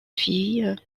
fille